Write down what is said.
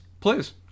Please